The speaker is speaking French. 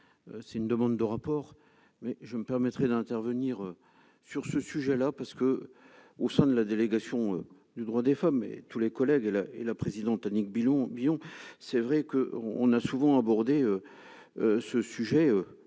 c'est une demande de rapport, mais je me permettrais d'intervenir sur ce sujet-là, parce que, au sein de la délégation du droit des femmes, et tous les collègues la et la présidente Annick Billon c'est vrai que on on a souvent abordé ce sujet